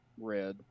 red